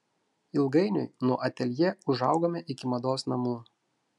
ilgainiui nuo ateljė užaugome iki mados namų